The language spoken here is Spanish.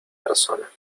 persona